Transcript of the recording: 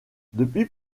depuis